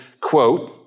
quote